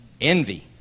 Envy